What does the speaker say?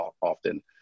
often